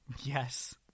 Yes